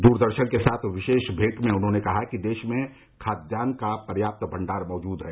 दूरदर्शन के साथ विशेष भेंट में उन्होंने कहा कि देश में खाद्यान्न का पर्याप्त भंडार मौजूद है